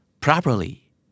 Properly